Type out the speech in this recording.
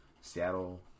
Seattle